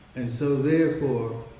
and so, therefore,